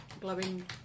glowing